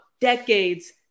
decades